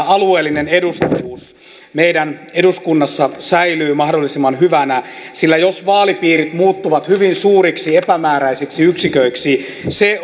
alueellinen edustavuus meidän eduskunnassa säilyy mahdollisimman hyvänä sillä jos vaalipiirit muuttuvat hyvin suuriksi epämääräisiksi yksiköiksi se